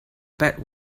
bad